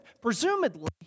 presumably